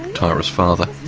tara's father.